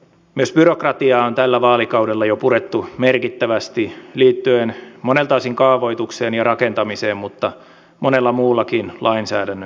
myös byrokratiaa on tällä vaalikaudella jo purettu merkittävästi liittyen monelta osin kaavoitukseen ja rakentamiseen mutta monella muullakin lainsäädännön saralla